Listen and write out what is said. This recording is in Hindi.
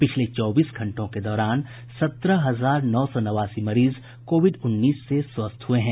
पिछले चौबीस घंटों के दौरान सत्रह हजार नौ सौ नवासी मरीज कोविड उन्नीस से स्वस्थ हुए हैं